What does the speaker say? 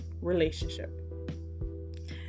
relationship